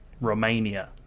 Romania